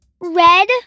Red